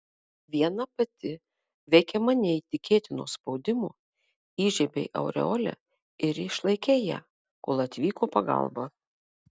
viena pati veikiama neįtikėtino spaudimo įžiebei aureolę ir išlaikei ją kol atvyko pagalba